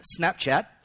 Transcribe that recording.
Snapchat